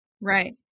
Right